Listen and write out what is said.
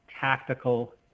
tactical